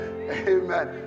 Amen